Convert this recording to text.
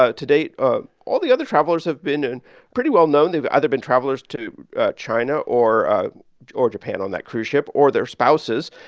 ah to date, ah all the other travelers have been and pretty well-known. they've either been travelers to china or ah or japan on that cruise ship or their spouses.